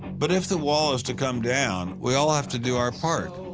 but if the wall is to come down, we all have to do our part.